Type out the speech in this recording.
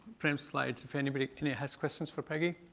print slides. if anybody, any has questions for peggy?